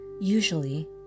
Usually